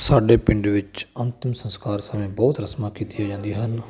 ਸਾਡੇ ਪਿੰਡ ਵਿੱਚ ਅੰਤਿਮ ਸੰਸਕਾਰ ਸਮੇਂ ਬਹੁਤ ਰਸਮਾਂ ਕੀਤੀਆਂ ਜਾਂਦੀਆਂ ਹਨ